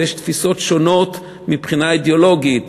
ויש תפיסות שונות מבחינה אידיאולוגית,